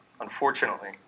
unfortunately